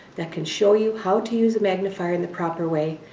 that can show you how to use a magnifier in the proper way,